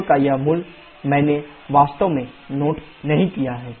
और h4 का यह मूल्य मैंने वास्तव में नोट नहीं किया है